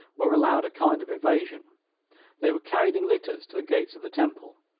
but were allowed a kind of evasion they were carried in litters to the gates of the temple,